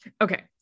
okay